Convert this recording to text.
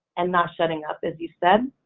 and not shutting up, as you said.